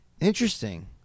Interesting